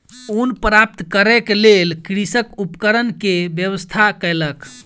ऊन प्राप्त करै के लेल कृषक उपकरण के व्यवस्था कयलक